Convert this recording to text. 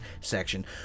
section